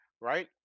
right